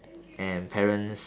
and parents